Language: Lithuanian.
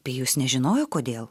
pijus nežinojo kodėl